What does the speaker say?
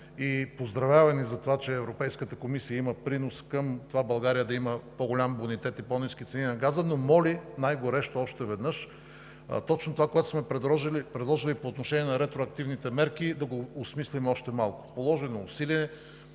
Поздравява ни за това, че Европейската комисия има принос към това България да има по-голям бонитет и по-ниски цени на газа, но моли най-горещо още веднъж точно това, което сме предложили по отношение на ретроактивните мерки – да го осмислим още малко. Положено е усилие,